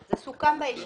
זה סוכם בישיבה